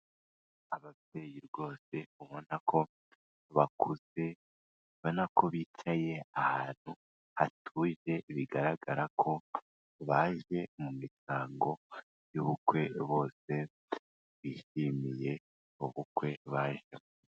Ababyeyi rwose ubona ko bakuze ubona ko bicaye ahantu hatuje, bigaragara ko baje mu mihango y'ubukwe bose bishimiye ubukwe bajemo.